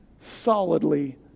solidly